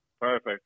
Perfect